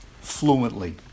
fluently